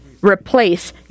replace